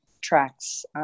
tracks